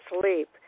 sleep